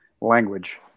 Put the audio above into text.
language